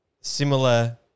similar